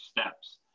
steps